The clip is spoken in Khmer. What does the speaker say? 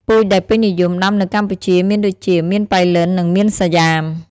ពូជដែលពេញនិយមដាំនៅកម្ពុជាមានដូចជា មៀនប៉ៃលិន និងមៀនសាយ៉ាម។